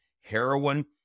heroin